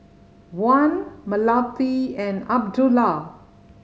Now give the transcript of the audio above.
Wan Melati and Abdullah